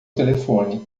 telefone